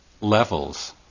levels